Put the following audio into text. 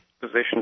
position